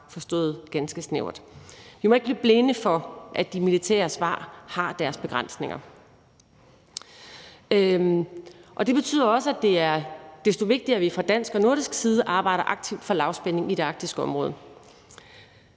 forstået ganske snævert. Vi må ikke blive blinde for, at de militære svar har deres begrænsninger. Det betyder også, at det er desto vigtigere, at vi fra dansk og nordisk side arbejder aktivt for lavspænding i det arktiske område.